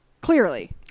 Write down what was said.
Clearly